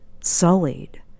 sullied